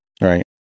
right